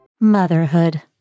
Motherhood